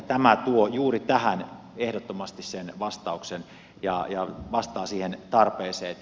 tämä tuo juuri tähän ehdottomasti sen vastauksen ja vastaa siihen tarpeeseen